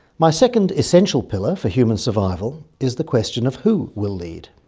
my second essential pillar for human survival is the question of who will lead.